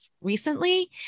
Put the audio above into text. recently